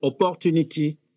opportunity